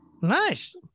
nice